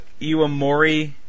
Iwamori